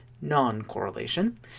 non-correlation